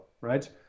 right